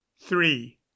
three